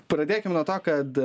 pradėkim nuo to kad